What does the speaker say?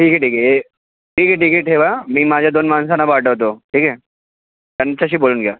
ठीक आहे ठीक आहे ठीक आहे ठीक आहे ठेवा मी माझ्या दोन माणसांना पाठवतो ठीक आहे त्यांच्याशी बोलून घ्या